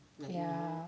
ya